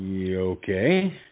Okay